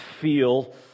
feel